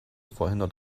verhindert